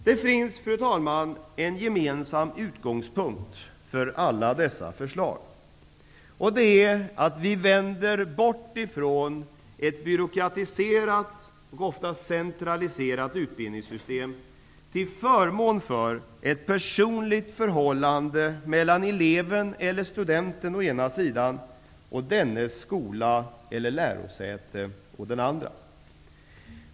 Det finns, fru talman, en gemensam utgångspunkt för alla dessa förslag, och det är att vi vänder bort ifrån ett byråkratiserat och ofta centraliserat utbildningssystem, till förmån för ett personligt förhållande mellan eleven eller studenten å ena sidan och dennes skola eller lärosäte å andra sidan.